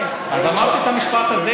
אמרתי את המשפט הזה.